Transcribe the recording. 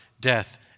death